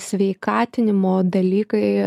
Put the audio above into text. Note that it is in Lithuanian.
sveikatinimo dalykai